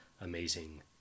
amazing